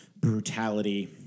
brutality